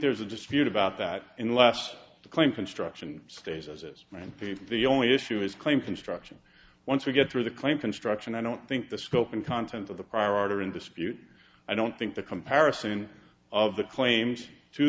there's a dispute about that unless the claim construction stays as is my fave the only issue is claim construction once we get through the claim construction i don't think the scope and content of the prior art are in dispute i don't think the comparison of the claims to